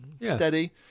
steady